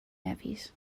nevis